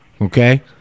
okay